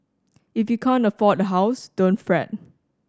if you can't afford a house don't fret